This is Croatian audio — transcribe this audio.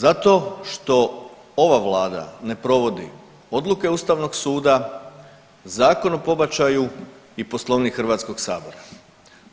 Zato što ova vlada ne provodi odluke ustavnog suda, Zakon o pobačaju i poslovnik HS-a,